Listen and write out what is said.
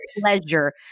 pleasure